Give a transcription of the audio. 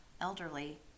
elderly